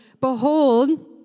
behold